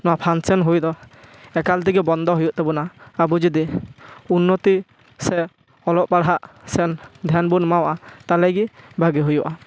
ᱱᱚᱣᱟ ᱯᱷᱟᱱᱥᱮᱱ ᱦᱩᱭ ᱫᱚ ᱮᱠᱟᱞ ᱛᱮᱜᱮ ᱵᱚᱱᱫᱚ ᱦᱩᱭᱩᱜ ᱛᱟᱵᱚᱱᱟ ᱟᱵᱚ ᱡᱩᱫᱤ ᱩᱱᱱᱚᱛᱤ ᱥᱮ ᱚᱞᱚᱜ ᱯᱟᱲᱦᱟᱜ ᱥᱮ ᱫᱷᱮᱭᱟᱱ ᱵᱚᱱ ᱮᱢᱟᱣᱟᱜᱼᱟ ᱛᱟᱦᱚᱞᱮ ᱜᱮ ᱵᱷᱟ ᱜᱤ ᱦᱩᱭᱩᱜᱼᱟ